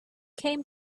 came